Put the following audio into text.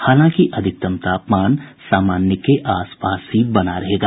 हालांकि अधिकतम तापमान सामान्य के आस पास ही बना रहेगा